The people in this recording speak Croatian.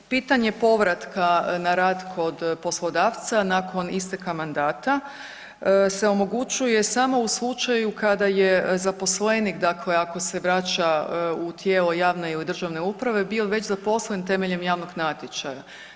Pitanje povratka na rad kod poslodavca nakon isteka mandata se omogućuje samo u slučaju kada je zaposlenik, dakle ako se vraća u tijelo javne ili državne uprave bio već zaposlen temeljem javnog natječaja.